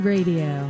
Radio